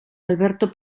alberto